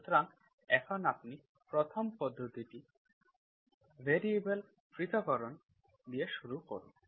সুতরাং এখন আপনি 1st পদ্ধতি ভ্যারিয়েবল পৃথকীকরণ দিয়ে শুরু করুন